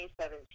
2017